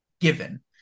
given